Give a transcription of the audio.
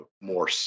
more